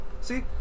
See